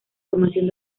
formación